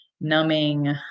numbing